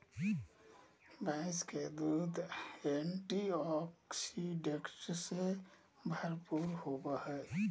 भैंस के दूध एंटीऑक्सीडेंट्स से भरपूर होबय हइ